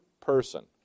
person